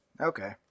Okay